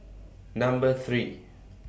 Number three